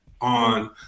on